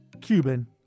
Cuban